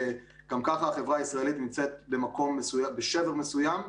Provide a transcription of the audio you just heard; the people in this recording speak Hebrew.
גם ככה החברה הישראלית נמצאת בשבר מסוים.